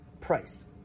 price